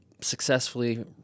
successfully